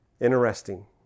Interesting